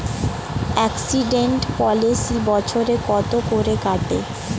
Accident policy বছরে কত করে কাটে?